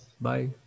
Bye